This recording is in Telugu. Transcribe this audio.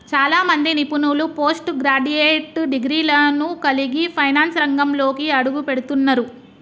చాలా మంది నిపుణులు పోస్ట్ గ్రాడ్యుయేట్ డిగ్రీలను కలిగి ఫైనాన్స్ రంగంలోకి అడుగుపెడుతున్నరు